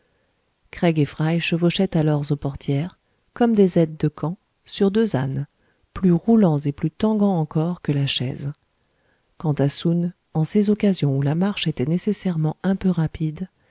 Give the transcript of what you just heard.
craig et fry chevauchaient alors aux portières comme des aides de camp sur deux ânes plus roulants et plus tanguants encore que la chaise quant à soun en ces occasions où la marche était nécessairement un peu rapide